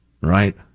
right